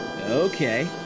Okay